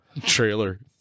Trailer